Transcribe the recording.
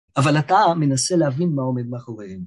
אבל אתה מנסה להבין מה עומד מאחוריהם.